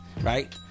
right